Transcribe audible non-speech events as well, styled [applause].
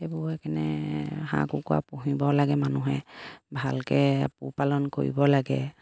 সেইবোৰ [unintelligible] হাঁহ কুকুৰা পুহিব লাগে মানুহে ভালকে পোহপালন কৰিব লাগে